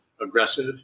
aggressive